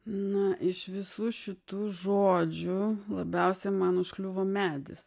na iš visų šitų žodžių labiausiai man užkliuvo medis